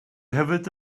hefyd